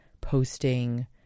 posting